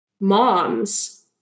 moms